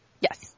Yes